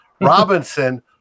robinson